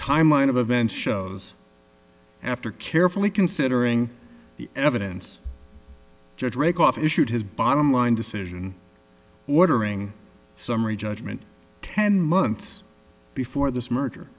timeline of events shows after carefully considering the evidence judge rakoff issued his bottom line decision ordering summary judgment ten months before this merger